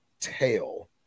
tail